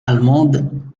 allemande